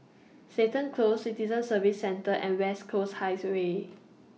Seton Close Citizen Services Centre and West Coast highs Way